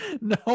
no